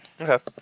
Okay